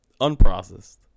unprocessed